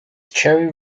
cherry